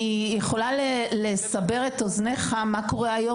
אני יכולה לסבר את אוזניך ולומר מה קורה היום